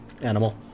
animal